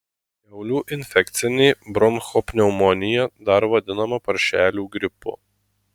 kiaulių infekcinė bronchopneumonija dar vadinama paršelių gripu